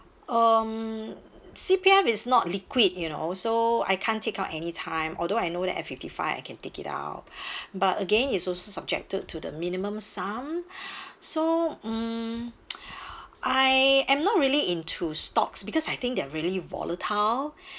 um C_P_F is not liquid you know so I can't take out any time although I know that at fifty-five I can take it out but again is also subjected to the minimum sum so um I am not really into stocks because I think they're really volatile